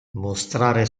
mostrare